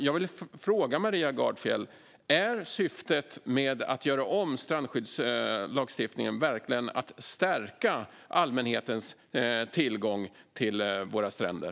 Jag vill därför fråga Maria Gardfjell: Är syftet med att göra om strandskyddslagstiftningen verkligen att stärka allmänhetens tillgång till våra stränder?